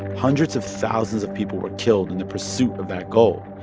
hundreds of thousands of people were killed in the pursuit of that goal.